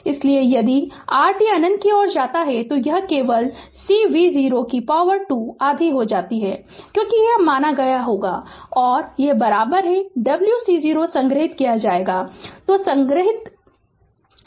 इसलिए यदि r t अनंत की ओर जाता है तो यह केवल C v0 2 आधा होता जा रहा है क्योंकि यह मान नहीं होगा और प्रारंभ में w C0 संग्रहीत किया जाएगा